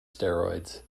steroids